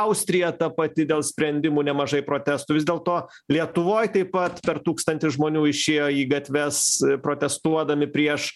austrija ta pati dėl sprendimų nemažai protestų vis dėlto lietuvoj taip pat per tūkstantis žmonių išėjo į gatves protestuodami prieš